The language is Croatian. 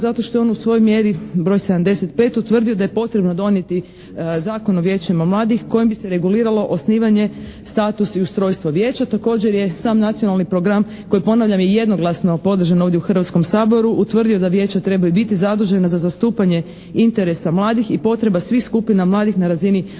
zato što je on u svojoj mjeri broj 75, utvrdio da je potrebno donijeti Zakon o vijećima mladih kojim bi se reguliralo osnivanje status i ustrojstvo vijeća, također je sam nacionalni program koji ponavljam je jednoglasno podržan ovdje u Hrvatskom saboru, utvrdio da vijeća trebaju biti zadužena za zastupanje interesa mladih i potreba svih skupina mladih na razini određene